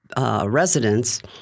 Residents